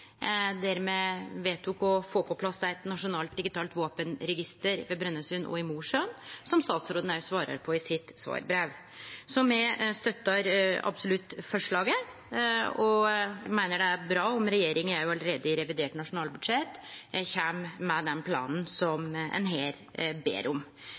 der me vedtok å få på plass eit nasjonalt digitalt våpenregister som blir lagt til Brønnøysundregistera og i Mosjøen, som statsråden òg skriv i svarbrevet sitt. Så me støttar absolutt forslaget og meiner det er bra om regjeringa allereie i revidert nasjonalbudsjett kjem med den planen som ein her ber om.